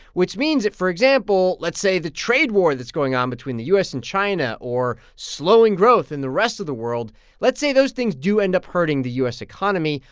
which means that, for example, let's say the trade war that's going on between the u s. and china or slowing growth in the rest of the world let's say those things do end up hurting the u s. economy.